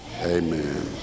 Amen